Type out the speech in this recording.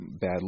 bad